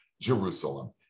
Jerusalem